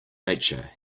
nature